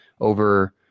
over